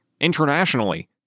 internationally